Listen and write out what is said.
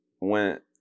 went